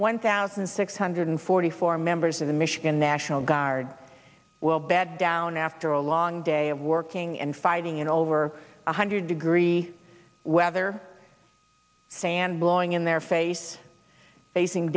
one thousand six hundred forty four members of the michigan national guard will bed down after a long day of working and fighting in over one hundred degree weather sand blowing in their face facing